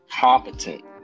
competent